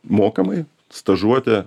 mokamai stažuotę